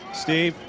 steve?